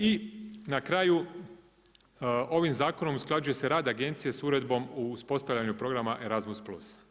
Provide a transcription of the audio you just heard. I na kraju, ovim zakonom se usklađuje rad agencije s uredbom o uspostavljanju programa Erasmus plus.